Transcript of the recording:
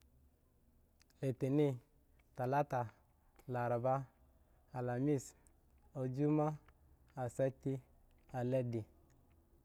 Latani, talata, laraba, alhamis, ajumma, asati, aladi